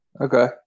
Okay